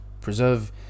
preserve